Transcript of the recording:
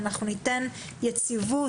אנחנו ניתן יציבות,